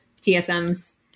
TSM's